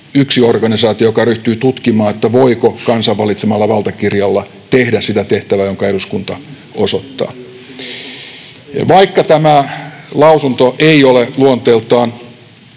yksi organisaatio, joka ryhtyy tutkimaan, voiko kansan valitsemalla valtakirjalla tehdä sitä tehtävää, jonka eduskunta osoittaa. Vaikka tämä lausunto ei ole luonteeltaan